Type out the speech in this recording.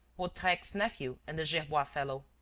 hautrec's nephew and the gerbois fellow.